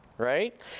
Right